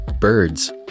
Birds